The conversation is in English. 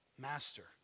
Master